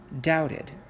doubted